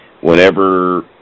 whenever